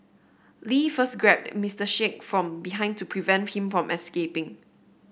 Lee first grabbed Mister Sheikh from behind to prevent him from escaping